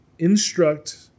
instruct